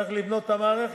צריך לבנות את המערכת.